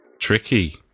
tricky